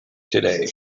today